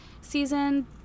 season